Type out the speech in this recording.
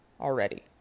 already